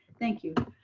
thank you.